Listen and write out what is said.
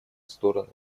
стороны